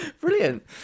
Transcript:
brilliant